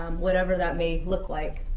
um whatever that may look like.